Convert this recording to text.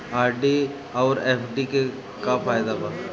RD आउर FD के का फायदा बा?